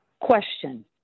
Question